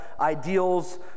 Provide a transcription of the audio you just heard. ideals